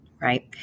Right